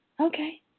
Okay